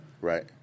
Right